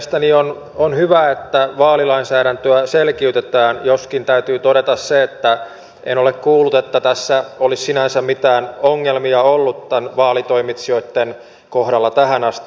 mielestäni on hyvä että vaalilainsäädäntöä selkiytetään joskin täytyy todeta se että en ole kuullut että olisi sinänsä mitään ongelmia ollut näiden vaalitoimitsijoiden kohdalla tähän asti